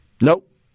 Nope